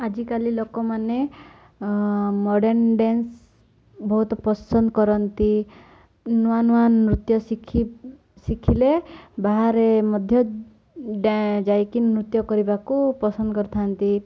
ଆଜିକାଲି ଲୋକମାନେ modern dance ବହୁତ ପସନ୍ଦ କରନ୍ତି ନୂଆ ନୂଆ ନୃତ୍ୟ ଶିଖି ଶିଖିଲେ ବାହାରେ ମଧ୍ୟ ଯାଇକି ନୃତ୍ୟ କରିବାକୁ ପସନ୍ଦ କରିଥାନ୍ତି